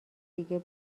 دیگه